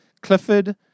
Clifford